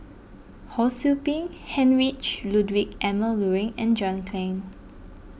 Ho Sou Ping Heinrich Ludwig Emil Luering and John Clang